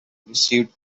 received